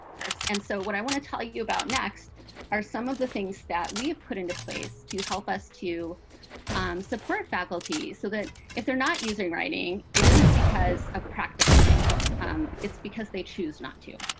so and so what i want to tell you about next are some of the things that we have put into place to help us to support faculty so that if they're not using writing, it isn't because of practical things. it's it's because they choose not to.